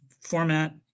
format